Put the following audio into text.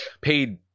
paid –